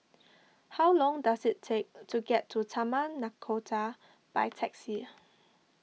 how long does it take to get to Taman Nakhoda by taxi